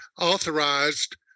authorized